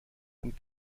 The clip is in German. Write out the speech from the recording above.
ein